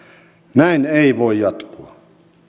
näin ei voi jatkua